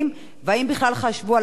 והאם בכלל חשבו על הדבר?